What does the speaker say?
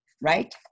right